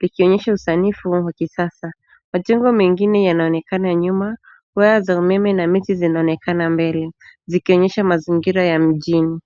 ikionyesha usanifu wa kisasa. Majengo mengine yanaonekana nyuma. Waya za umeme na miti zinaonekana mbele zikionyesha mazingira ya mjini.